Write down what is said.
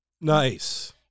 Nice